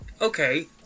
okay